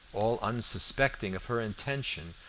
all unsuspecting of her intention,